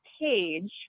page